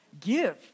give